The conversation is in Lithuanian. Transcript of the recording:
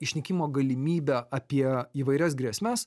išnykimo galimybę apie įvairias grėsmes